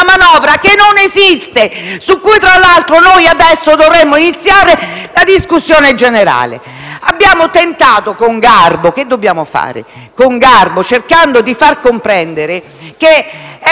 manovra che non esiste, sulla quale, tra l'altro, noi adesso dovremmo iniziare la discussione generale. Abbiamo tentato con garbo - che dobbiamo fare? - di far comprendere che è